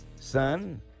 son